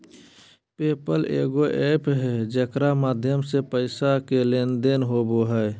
पे पल एगो एप्प है जेकर माध्यम से पैसा के लेन देन होवो हय